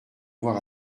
voir